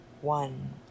one